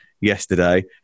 yesterday